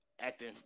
acting